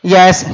Yes